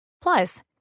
Plus